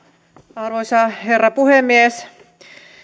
arvoisa herra puhemies